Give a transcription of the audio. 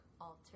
alter